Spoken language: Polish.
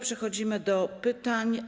Przechodzimy do pytań.